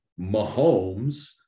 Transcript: Mahomes